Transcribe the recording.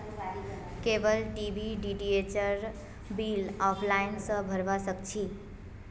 cable TV डीटीएचेर bill offline स भरवा सक छी